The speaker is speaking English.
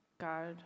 God